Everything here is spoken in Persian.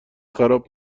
خراب